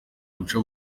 guca